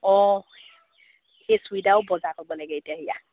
অঁ সেই চুৰিদাও বজাৰ কৰিব লাগে এতিয়া